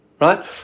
right